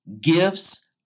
gifts